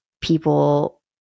people